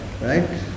right